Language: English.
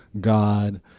God